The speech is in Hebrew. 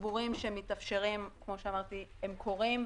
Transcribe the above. שהתגבורים קורים, הם קרו,